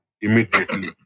immediately